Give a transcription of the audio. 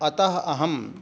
अतः अहं